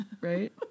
Right